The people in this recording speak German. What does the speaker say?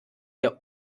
ihr